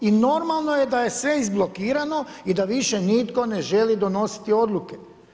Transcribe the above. I normalno je da je sve izblokirano i da više nitko ne želi donositi odluke.